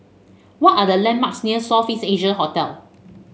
what are the landmarks near South Face Asia Hotel